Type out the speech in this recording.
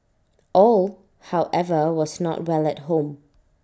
all however was not well at home